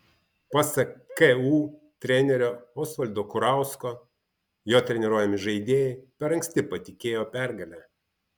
pasak ku trenerio osvaldo kurausko jo treniruojami žaidėjai per anksti patikėjo pergale